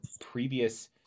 previous